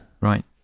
Right